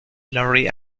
larry